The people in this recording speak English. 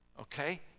okay